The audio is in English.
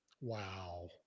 Wow